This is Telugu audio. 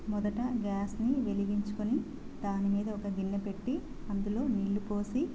మొదట గ్యాస్ని వెలిగించుకొని దాని మీద ఒక గిన్నె పెట్టి అందులో నీళ్లు పోసి